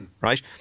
right